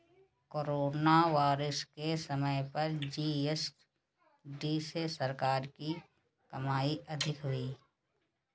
corona virus के समय पर जी.एस.टी से सरकार की कमाई अधिक हुई